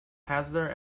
hazard